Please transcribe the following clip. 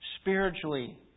spiritually